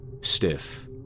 stiff